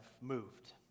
moved